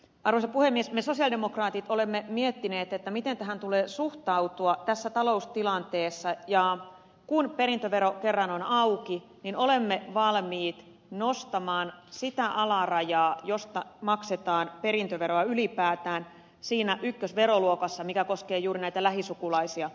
me sosialidemokraatit olemme miettineet miten tähän tulee suhtautua tässä taloustilanteessa ja kun perintövero kerran on auki niin olemme valmiit nostamaan sitä alarajaa josta maksetaan perintöveroa ylipäätään siinä ykkösveroluokassa mikä koskee juuri näitä lähisukulaisia